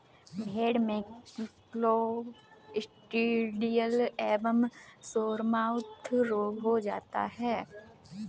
भेड़ में क्लॉस्ट्रिडियल एवं सोरमाउथ रोग हो जाता है